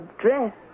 dress